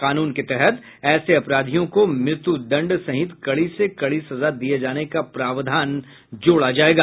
कानून के तहत ऐसे अपराधियों को मृत्युदंड सहित कड़ी से कड़ी सजा दिए जाने का प्रावधान जोड़ा जायेगा